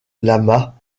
lamas